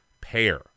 pair